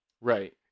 Right